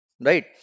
right